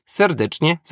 serdecznie